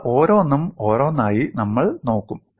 അവ ഓരോന്നും ഓരോന്നായി നമ്മൾ നോക്കും